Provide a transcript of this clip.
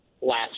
last